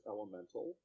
Elemental